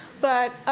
but,